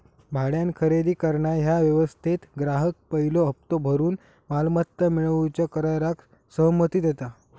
भाड्यान खरेदी करणा ह्या व्यवस्थेत ग्राहक पयलो हप्तो भरून मालमत्ता मिळवूच्या कराराक सहमती देता